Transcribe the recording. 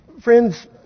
Friends